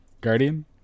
Guardian